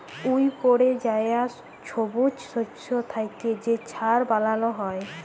উইপড়ে যাউয়া ছবুজ শস্য থ্যাইকে যে ছার বালাল হ্যয়